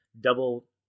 double